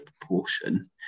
proportion